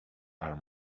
are